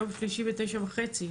ביום שלישי ב-09:30.